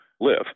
live